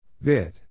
Vid